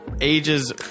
Ages